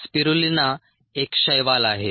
spirulina एक शैवाल आहे